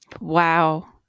Wow